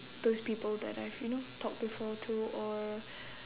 those people that I've you know talked before to or